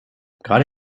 gerade